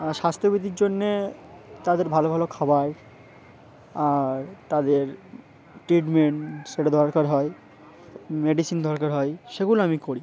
আর স্বাস্থ্যবিধির জন্যে তাদের ভালো ভালো খাবার আর তাদের ট্রিটমেন্ট সেটা দরকার হয় মেডিসিন দরকার হয় সেগুলো আমি করি